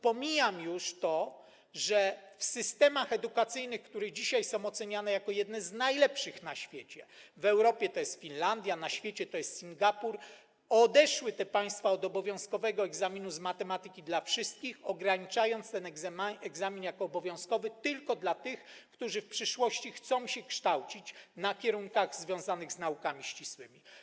Pomijam już to, że w systemach edukacyjnych, które dzisiaj są oceniane jako jedne z najlepszych na świecie - w Europie to jest system w Finlandii, na świecie - w Singapurze - zrezygnowano z obowiązkowego egzaminu z matematyki dla wszystkich, ograniczając ten egzamin jako obowiązkowy tylko dla tych, którzy w przyszłości chcą się kształcić na kierunkach związanych z naukami ścisłymi.